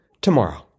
tomorrow